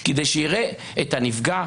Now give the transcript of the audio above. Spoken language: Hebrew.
כדי שיראה את הנפגע,